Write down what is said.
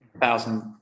thousand